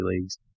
leagues